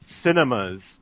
cinemas